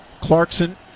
Clarkson